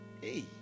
hey